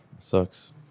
sucks